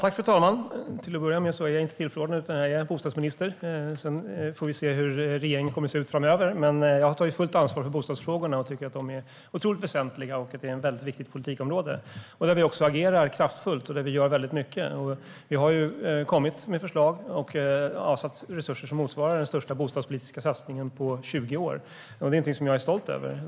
Fru talman! Till att börja med är jag inte tillförordnad, utan jag är bostadsminister. Sedan får vi se hur regeringen kommer att se ut framöver. Jag har tagit fullt ansvar för bostadsfrågorna. Jag tycker att de är otroligt väsentliga och att detta är ett viktigt politikområde där vi också agerar kraftfullt och gör mycket. Regeringen har kommit med förslag och avsatt resurser som motsvarar den största bostadspolitiska satsningen på 20 år. Det är någonting som jag är stolt över.